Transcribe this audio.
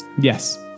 Yes